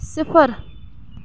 صِفر